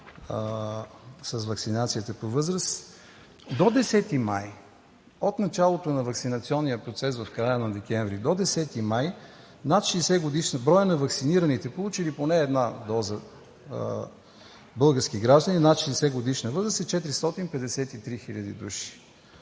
с ваксинацията по възраст. От началото на ваксинационния процес в края на декември до 10 май броят на ваксинираните, получили поне една доза български граждани над 60-годишна възраст, е 453 хил. души.